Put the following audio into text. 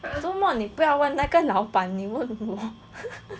做么你不要问那个老板你问我